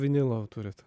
vinilo turit